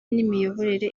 n’imiyoborere